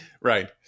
right